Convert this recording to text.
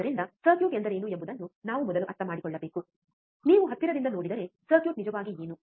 ಆದ್ದರಿಂದ ಸರ್ಕ್ಯೂಟ್ ಎಂದರೇನು ಎಂಬುದನ್ನು ನಾವು ಮೊದಲು ಅರ್ಥಮಾಡಿಕೊಳ್ಳಬೇಕು ನೀವು ಹತ್ತಿರದಿಂದ ನೋಡಿದರೆ ಸರ್ಕ್ಯೂಟ್ ನಿಜವಾಗಿ ಏನು